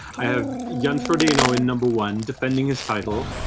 i have jan frodeno in number one, defending his title.